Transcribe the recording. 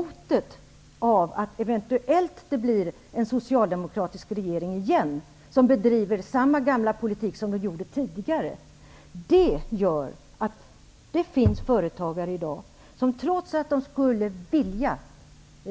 Hotet om att det eventuellt blir en socialdemokratisk regering igen, som kommer att bedriva samma gamla politik som socialdemokratiska regeringar har gjort tidigare, gör att det i dag finns företagare som, trots att de skulle vilja